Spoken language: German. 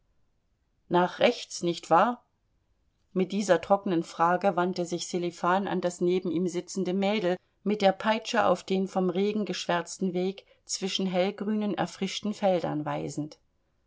nach rechts nicht wahr mit dieser trockenen frage wandte sich sselifan an das neben ihm sitzende mädel mit der peitsche auf den vom regen geschwärzten weg zwischen den hellgrünen erfrischten feldern weisend